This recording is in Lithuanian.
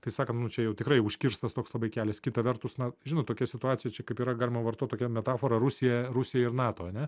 tai sakant nu čia jau tikrai užkirstas toks labai kelias kita vertus na žinot tokia situacija čia kaip yra galima vartot tokia metafora rusija rusija ir nato ar ne